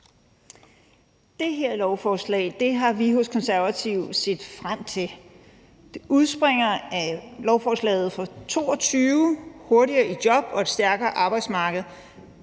Det her lovforslag har vi hos Konservative set frem til. Det udspringer af reformpakken fra 2022 om at komme hurtigere i job og et stærkere arbejdsmarked.